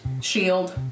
shield